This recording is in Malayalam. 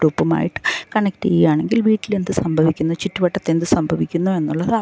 ലാപ്ടോപ്പുമായിട്ട് കണകട് ചെയ്യാണെങ്കിൽ വീട്ടിലെന്ത് സംഭവിക്കുന്നു ചുറ്റുവട്ടത്ത് എന്ത് സംഭവിക്കുന്നു എന്നുള്ളത്